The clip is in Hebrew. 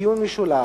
לדיון משולב.